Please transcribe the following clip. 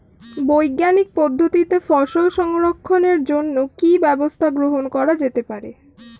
বৈজ্ঞানিক পদ্ধতিতে ফসল সংরক্ষণের জন্য কি ব্যবস্থা গ্রহণ করা যেতে পারে?